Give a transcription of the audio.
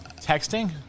texting